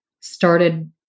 started